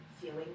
feeling